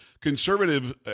conservative